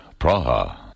Praha